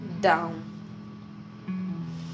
down